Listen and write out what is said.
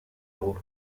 euros